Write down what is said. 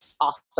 awesome